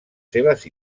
seves